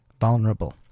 vulnerable